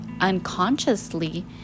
unconsciously